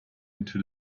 into